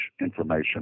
information